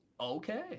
Okay